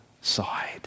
side